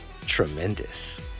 Tremendous